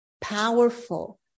powerful